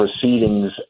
proceedings